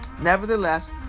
Nevertheless